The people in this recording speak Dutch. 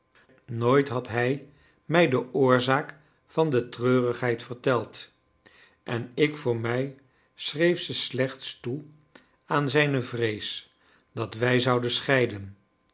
nooit had hij mij de oorzaak van die treurigheid verteld en ik voor mij schreef ze slechts toe aan zijne vrees dat wij zouden scheiden